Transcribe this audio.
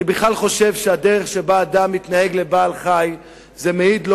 אני בכלל חושב שהדרך שבה אדם מתנהג לבעלי-חיים מעידה